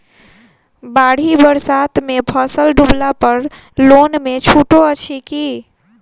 बाढ़ि बरसातमे फसल डुबला पर लोनमे छुटो अछि की